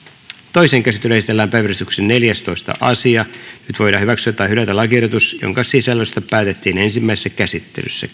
toiseen käsittelyyn esitellään päiväjärjestyksen neljästoista asia nyt voidaan hyväksyä tai hylätä lakiehdotus jonka sisällöstä päätettiin ensimmäisessä käsittelyssä